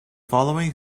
following